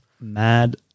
Mad